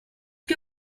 que